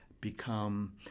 become